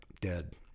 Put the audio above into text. dead